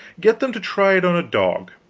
get them to try it on a dog.